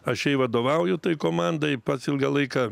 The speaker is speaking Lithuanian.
aš jai vadovauju tai komandai pats ilgą laiką